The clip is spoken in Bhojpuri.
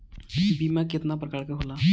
बीमा केतना प्रकार के होला?